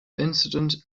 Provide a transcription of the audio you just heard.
incident